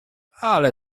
ale